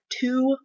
two